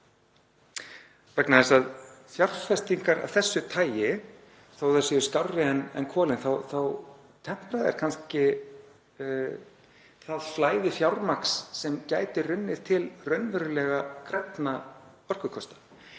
býsna svart. Fjárfestingar af þessu tagi, þó að þær séu skárri en kolin, tempra kannski það flæði fjármagns sem gæti runnið til raunverulega grænna orkukosta.